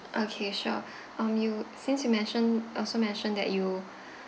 okay sure um you since you mentioned also mentioned that you